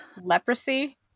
Leprosy